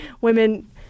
women